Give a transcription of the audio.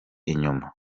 inyuma